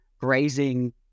grazing